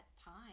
time